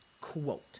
quote